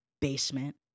basement